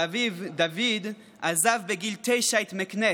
שאביו, דוד, עזב בגיל תשע את מקנס,